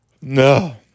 No